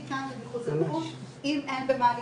כאן זה מחוץ לתחום אם אין במה להתבייש.